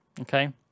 Okay